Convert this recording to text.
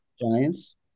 Giants